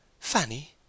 Fanny